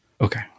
Okay